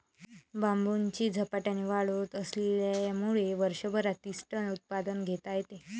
बांबूची झपाट्याने वाढ होत असल्यामुळे वर्षभरात तीस टन उत्पादन घेता येते